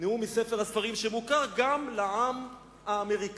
נאום מספר הספרים שמוכר גם לעם האמריקני.